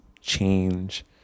change